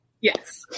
Yes